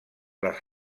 les